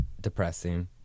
depressing